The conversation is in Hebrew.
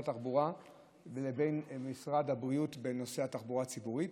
התחבורה לבין משרד הבריאות בנושא התחבורה הציבורית.